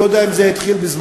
אני לא יודע אם זה התחיל בזמנך,